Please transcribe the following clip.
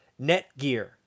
Netgear